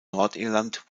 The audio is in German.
nordirland